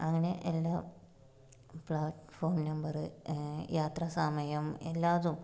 അങ്ങനെ എല്ലാ platform number യാത്രാസമയം എല്ലാതും